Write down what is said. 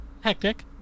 Hectic